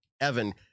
Evan